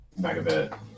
megabit